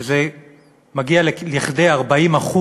שזה מגיע לכדי 40%,